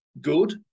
Good